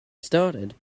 started